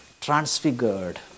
transfigured